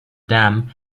dam